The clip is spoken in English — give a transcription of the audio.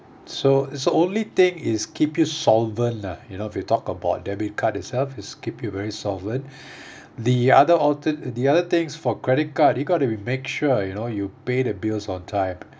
so so only thing is keep you solvent lah you know if you talk about debit card itself is to keep you very solvent the other alter~ the other things for credit card you got to be make sure you know you pay the bills on time